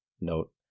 Note